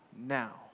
now